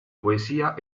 poesia